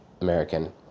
American